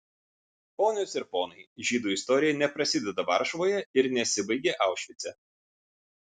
ponios ir ponai žydų istorija neprasideda varšuvoje ir nesibaigia aušvice